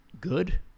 good